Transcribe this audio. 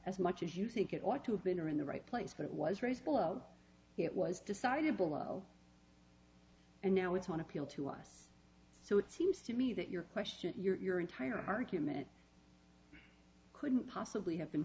as much as you think it ought to have been or in the right place but it was raised it was decided below and now it's one appeal to us so it seems to me that your question you're entire argument couldn't possibly have been